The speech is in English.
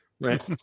Right